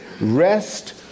rest